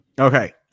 Okay